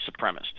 supremacist